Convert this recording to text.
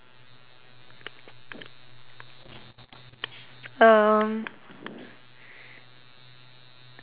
um